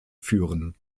führen